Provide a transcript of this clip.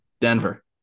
Denver